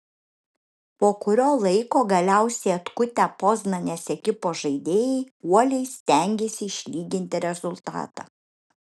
po kurio laiko galiausiai atkutę poznanės ekipos žaidėjai uoliai stengėsi išlyginti rezultatą